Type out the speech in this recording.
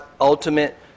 ultimate